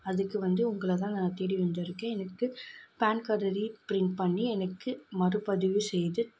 அதுக்கு வந்து உங்களை தான் நான் தேடி வந்துருக்கேன் எனக்கு பேன் கார்டு ரீப்ரிண்ட் பண்ணி எனக்கு மறுபதிவு செய்து